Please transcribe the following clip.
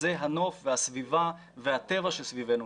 זה הנוף והסביבה והטבע שסביבנו.